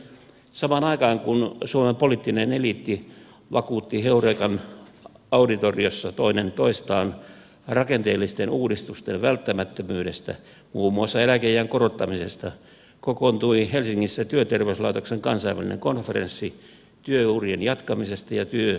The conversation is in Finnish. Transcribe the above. samaan aikaan kun suomen poliittinen eliitti vakuutti heurekan auditoriossa toinen toistaan rakenteellisten uudistusten välttämättömyydestä muun muassa eläkeiän korottamisesta kokoontui helsingissä työterveyslaitoksen kansainvälinen konferenssi työurien jatkamisesta ja työhyvinvoinnista